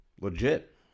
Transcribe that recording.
legit